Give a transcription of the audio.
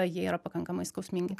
jie yra pakankamai skausmingi